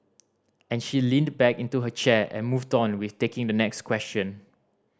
and she leaned back into her chair and moved on with taking the next question